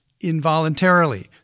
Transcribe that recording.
involuntarily